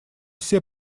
все